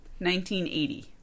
1980